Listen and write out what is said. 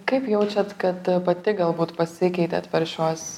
kaip jaučiat kad pati galbūt pasikeitėt per šiuos